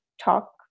talk